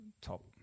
top